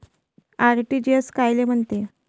RTGS कायले म्हनते?